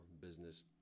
business